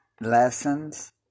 lessons